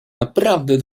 naprawdę